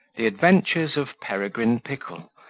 the adventures of peregrine pickle,